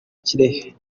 kirehe